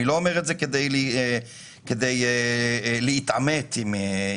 אני לא אומר את זה כדי להתעמת עם המועצה,